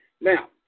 Now